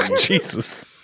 Jesus